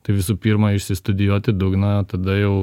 tai visu pirma išstudijuoti dugną o tada jau